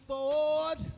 Ford